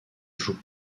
joue